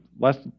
Last